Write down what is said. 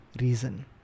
reason